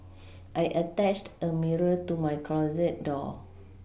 I attached a mirror to my closet door